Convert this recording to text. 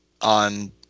on